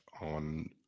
on